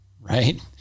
right